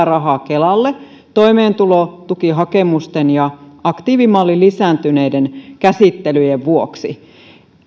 rahaa kelalle toimeentulotukihakemusten ja aktiivimallin takia lisääntyneiden käsittelyjen vuoksi